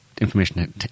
information